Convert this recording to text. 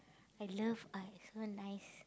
I love art it's so nice